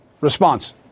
Response